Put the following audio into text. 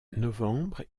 novembre